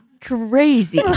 Crazy